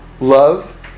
love